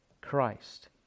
Christ